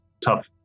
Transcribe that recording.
tough